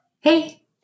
Hey